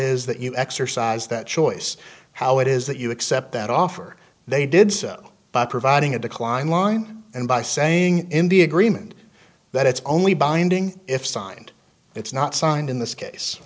is that you exercise that choice how it is that you accept that offer they did so by providing a decline line and by saying in the agreement that it's only binding if signed it's not signed in this case